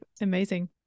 amazing